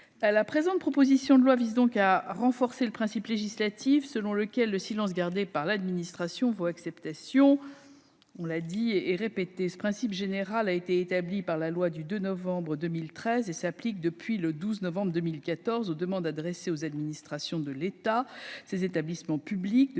cette proposition de loi vise à renforcer le principe législatif selon lequel le silence gardé par l'administration vaut acceptation. Ce principe général, établi par la loi du 12 novembre 2013, s'applique depuis le 12 novembre 2014 aux demandes adressées aux administrations de l'État et de ses établissements publics